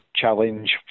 challenge